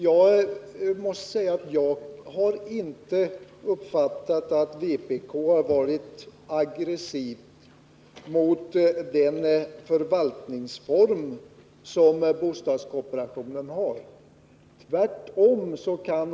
Enligt min mening är inte vpk aggressivt mot den förvaltningsform som bostadskooperationen utgör. Tvärtom.